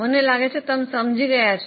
મને લાગે છે કે તમે સમજી ગયા છો